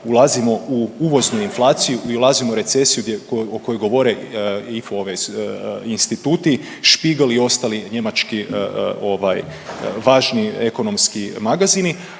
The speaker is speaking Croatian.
ulazimo u uvoznu inflaciju i ulazimo u recesiju o kojoj govore IFO instituti, Spiegel i ostali njemački ovaj važni ekonomski magazini,